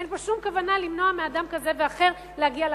אין פה שום כוונה למנוע מאדם כזה ואחר להגיע לכנסת.